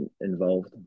involved